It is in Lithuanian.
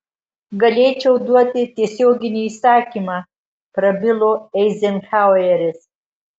galėčiau duoti tiesioginį įsakymą prabilo eizenhaueris